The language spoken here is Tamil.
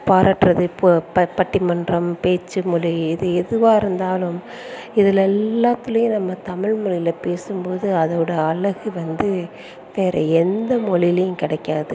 பாராட்டுறது இப்போ ப பட்டிமன்றம் பேச்சு மொழி எது எதுவாக இருந்தாலும் இதில் எல்லாத்துலையும் நம்ம தமிழ்மொழியில பேசும்போது அதோட அழகு வந்து வேறு எந்த மொழிலையும் கிடைக்காது